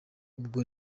ubwo